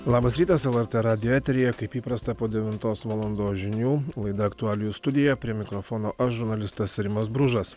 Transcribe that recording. labas rytas lrt radijo eteryje kaip įprasta po devintos valandos žinių laida aktualijų studija prie mikrofono aš žurnalistas rimas bružas